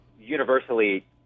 universally